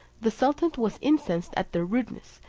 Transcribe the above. the sultan was incensed at their rudeness,